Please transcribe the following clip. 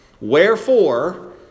Wherefore